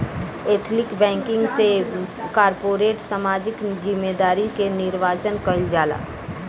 ethical banking से corporate सामाजिक जिम्मेदारी के निर्वाचन कईल जाला